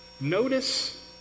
Notice